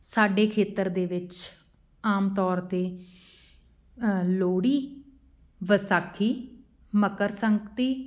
ਸਾਡੇ ਖੇਤਰ ਦੇ ਵਿੱਚ ਆਮ ਤੌਰ 'ਤੇ ਲੋਹੜੀ ਵਿਸਾਖੀ ਮਕਰ ਸਕ੍ਰਾਂਤੀ